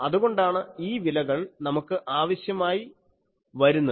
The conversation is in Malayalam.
അതുകൊണ്ടാണ് ഈ വിലകൾ നമുക്ക് ആവശ്യമായി വരുന്നത്